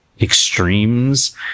extremes